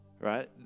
right